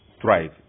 thrive